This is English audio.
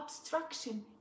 obstruction